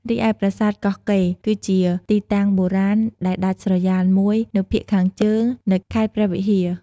រីឯ ប្រាសាទកោះកេរ គឺជាទីតាំងបុរាណដែលដាច់ស្រយាលមួយនៅភាគខាងជើង នៅខេត្តព្រះវិហារ។